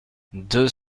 deux